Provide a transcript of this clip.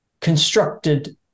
constructed